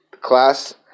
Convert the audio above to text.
class